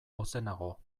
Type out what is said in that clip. ozenago